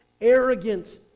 arrogant